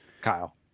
Kyle